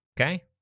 Okay